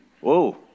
Whoa